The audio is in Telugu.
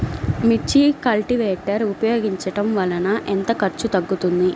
మిర్చి కల్టీవేటర్ ఉపయోగించటం వలన ఎంత ఖర్చు తగ్గుతుంది?